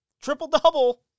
triple-double